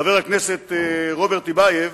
חבר הכנסת רוברט טיבייב,